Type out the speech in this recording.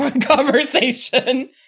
conversation